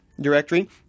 directory